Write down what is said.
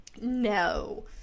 No